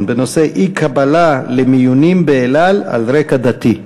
בנושא: אי-קבלה למיונים ב"אל על" על רקע דתי.